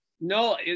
no